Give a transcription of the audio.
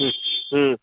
ಹ್ಞೂ ಹ್ಞೂ